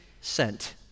sent